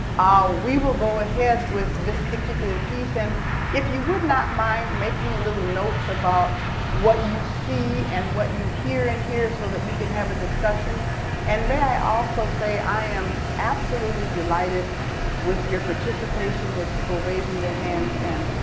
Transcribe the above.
ah we will go ahead with this particular piece and if you would not mind making little notes about what you see and what you hear so that we can have a discussion and may i also say i am absolutely delighted with your participation, with people raising their hands and